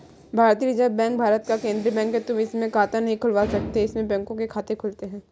भारतीय reserve bank Bharat का केन्द्रीय बैंक है, तुम इसमें खाता नहीं खुलवा सकते इसमें बैंकों के खाते खुलते हैं